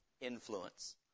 Influence